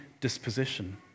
disposition